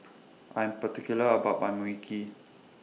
I Am particular about My Mui Kee